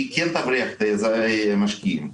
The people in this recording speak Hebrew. תבריח את המשקיעים.